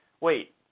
wait